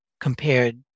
compared